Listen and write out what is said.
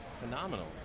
Phenomenal